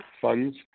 funds